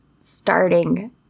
Starting